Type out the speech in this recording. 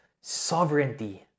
sovereignty